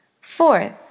Fourth